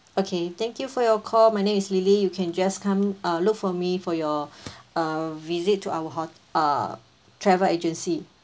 okay thank you for your call my name is lily you can just come uh look for me for your uh visit to our hot~ uh travel agency